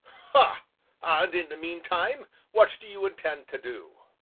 ha and in the meantime what do you intend to do?